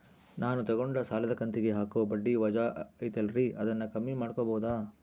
ನಾನು ತಗೊಂಡ ಸಾಲದ ಕಂತಿಗೆ ಹಾಕೋ ಬಡ್ಡಿ ವಜಾ ಐತಲ್ರಿ ಅದನ್ನ ಕಮ್ಮಿ ಮಾಡಕೋಬಹುದಾ?